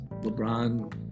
lebron